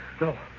No